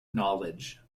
knowledge